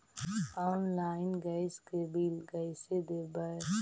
Online gas के bill कैसे देबै?